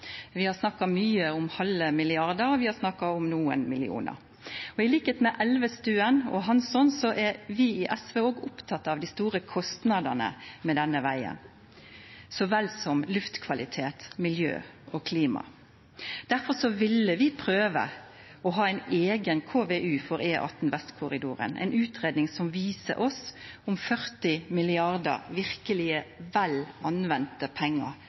Vi har snakka mykje om halve milliardar, vi har snakka om nokre millionar. Til liks med Elvestuen og Hansson er vi i SV òg opptekne av dei store kostnadane med denne vegen så vel som luftkvalitet, miljø og klima. Derfor ville vi prøva å ha ei eiga KVU for E18 Vestkorridoren – ei utgreiing som viser oss om 40 mrd. kr til motorveg verkeleg er vel brukte pengar,